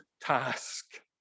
task